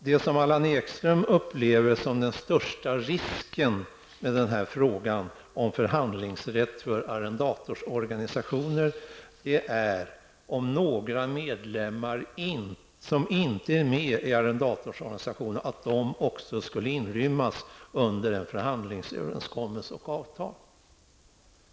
Det som Allan Ekström upplever som den största risken med frågan om förhandlingsrätt för arrendatorsorganisationer är om några arrendatorer som inte är med i arrendatorsorganisationen också skulle inrymmas under en förhandlingsöverenskommelse och ett avtal.